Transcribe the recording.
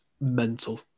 mental